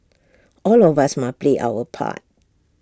all of us must play our part